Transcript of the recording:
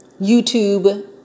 YouTube